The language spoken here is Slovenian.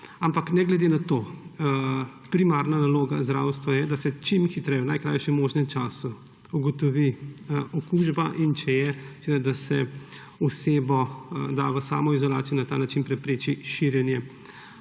Ampak ne glede na to, primarna naloga zdravstva je, da se čim hitreje, v najkrajšem možnem času ugotovi okužba; in če je, da se osebo da v samoizolacijo in na ta način prepreči širjenje